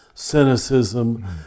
Cynicism